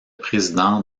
président